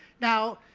now,